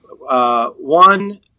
One